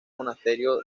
monasterio